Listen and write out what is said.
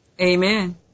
Amen